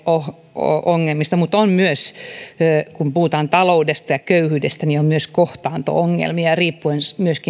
ongelmista mutta on myös kun puhutaan taloudesta ja köyhyydestä kohtaanto ongelmia riippuen